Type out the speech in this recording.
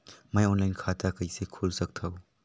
मैं ऑनलाइन खाता कइसे खोल सकथव?